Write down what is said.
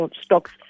stocks